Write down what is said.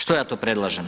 Što ja to predlažem?